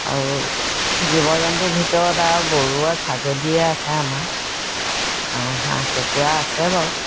আৰু জীৱ জন্তুৰ ভিতৰত আৰু গৰু আৰু ছাগলীয়ে আছে আমাৰ হাঁহ কুকুৰা আছে বাৰু